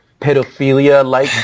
pedophilia-like